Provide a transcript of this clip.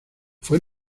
fue